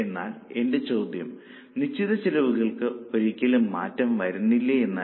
എന്നാൽ എന്റെ ചോദ്യം നിശ്ചിത ചെലവുകൾക്ക് ഒരിക്കലും മാറ്റം വരുന്നില്ലേ എന്നായിരുന്നു